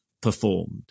performed